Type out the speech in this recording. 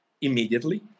immediately